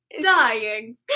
dying